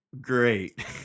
great